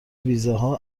میزها